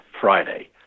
Friday